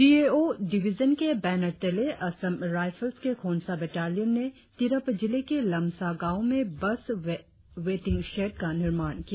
D A O division के banner तले Assam rifles के खोंसा बटालियन ने तिरप जिले के लमसा गांव में बस वेटिंग रोड का निर्माण किया